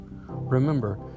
remember